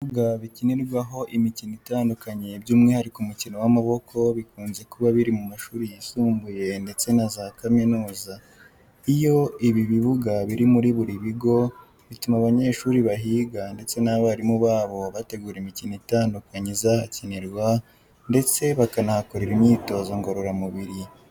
Ibibuga bikinirwaho imikino itandukanye by'umwuhariko umukino w'amaboko bikunze kuba biri mu mashuri yisumbuye ndetse na za kaminuza. Iyo ibi bibuga buri muri ibi bigo, bituma abanyeshuri bahiga ndetse n'abarimu babo bategura imikino itandukanye izahakinirwa ndetse bakanahakorera imyitozo ngororamubiri.